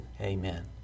Amen